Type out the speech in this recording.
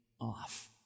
off